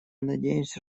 надеемся